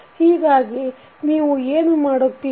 ಹೀಗಾಗಿ ಈಗ ನೀವು ಏನು ಮಾಡುತ್ತೀರಿ